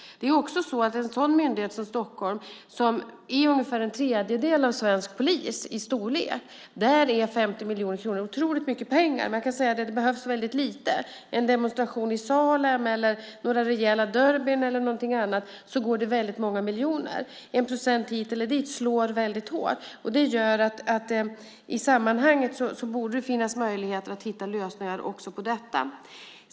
Det är också så att i en sådan myndighet som i Stockholm, som omfattar ungefär en tredjedel av svensk polis, är 50 miljoner kronor otroligt mycket pengar. Men det behövs väldigt lite - en demonstration i Salem, några rejäla derbyn eller någonting annat - för att det ska gå åt väldigt många miljoner. En procent hit eller dit slår väldigt hårt. Det gör att det i sammanhanget borde finnas möjligheter att hitta lösningar också på detta.